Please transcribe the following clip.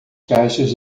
caixas